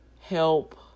help